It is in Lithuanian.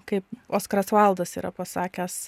kaip oskaras vaildas yra pasakęs